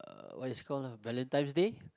uh what is it called ah Valentine's day